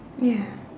ya